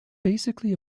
basically